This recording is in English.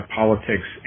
politics